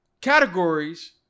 categories